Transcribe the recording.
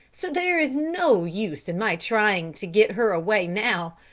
so there is no use in my trying to get her away now.